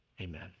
amen